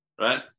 right